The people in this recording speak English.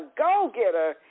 go-getter